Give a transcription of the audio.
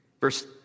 Verse